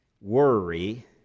Worry